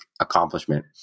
accomplishment